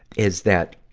is that,